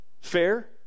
fair